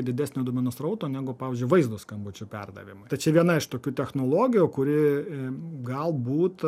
didesnio duomenų srauto negu pavyzdžiui vaizdo skambučio perdavimui tai viena iš tokių technologijų kuri galbūt